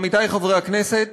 עמיתי חברי הכנסת,